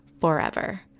forever